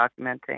documenting